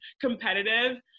competitive